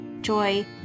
joy